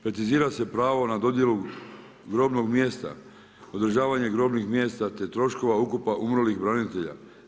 Kritizira se pravo na dodjelu grobnog mjesta, održavanje grobnih mjesta, te troškova ukupno umrlih branitelja.